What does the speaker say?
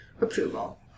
approval